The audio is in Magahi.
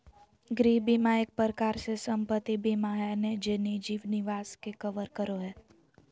गृह बीमा एक प्रकार से सम्पत्ति बीमा हय जे निजी निवास के कवर करो हय